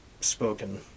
spoken